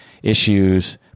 Issues